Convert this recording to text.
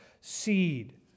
seed